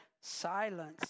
silence